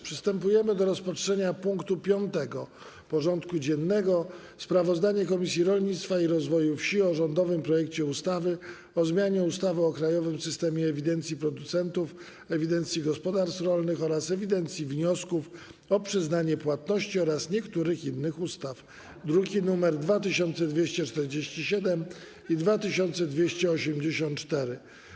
Przystępujemy do rozpatrzenia punktu 5. porządku dziennego: Sprawozdanie Komisji Rolnictwa i Rozwoju Wsi o rządowym projekcie ustawy o zmianie ustawy o krajowym systemie ewidencji producentów, ewidencji gospodarstw rolnych oraz ewidencji wniosków o przyznanie płatności oraz niektórych innych ustaw (druki nr 2247 i 2284)